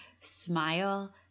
Smile